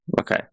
Okay